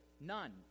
none